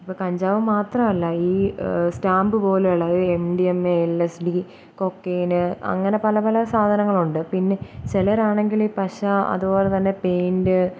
ഇപ്പം കഞ്ചാവ് മാത്രം അല്ലാ ഈ സ്റ്റാമ്പ് പോലെയുള്ള ഈ M D M A L S D cocaine അങ്ങനെ പല പല സാധനങ്ങളുണ്ട് പിന്നെ ചിലരാണെങ്കിൽ പശ അതുപോലെതന്നെ പെയ്ൻറ്റ്